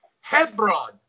Hebron